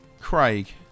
Craig